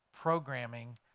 programming